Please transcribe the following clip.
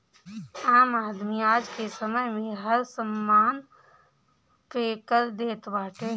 आम आदमी आजके समय में हर समान पे कर देत बाटे